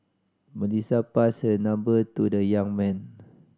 Melissa passed her number to the young man